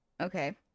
Okay